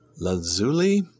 Lazuli